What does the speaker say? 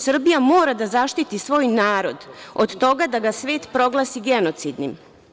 Srbija mora da zaštiti svoj narod od toga da ga svet proglasi genocidnim.